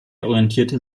orientierte